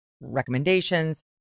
recommendations